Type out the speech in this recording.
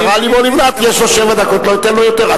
השרה לימור לבנת, יש לו שבע דקות, לא אתן לו יותר.